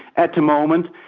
at the moment,